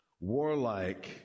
warlike